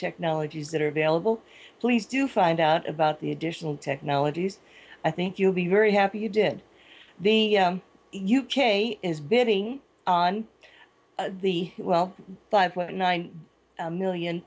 technologies that are available please do find out about the additional technologies i think you'll be very happy you did the u k is bidding on the well five point nine million